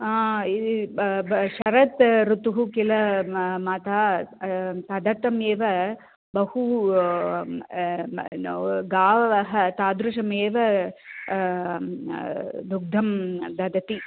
हा शरत् ऋतुः किल म मातः तदर्थमेव बहु गावः तादृशमेव दुग्धं ददति